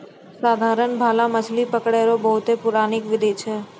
साधारण भाला मछली पकड़ै रो बहुते पुरनका बिधि छिकै